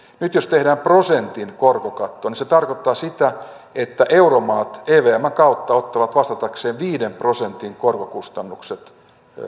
nyt jos tehdään prosentin korkokatto niin se tarkoittaa sitä että euromaat evmn kautta ottavat vastatakseen viiden prosentin korkokustannukset